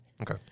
Okay